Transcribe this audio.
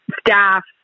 staff